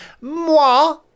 moi